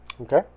Okay